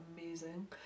amazing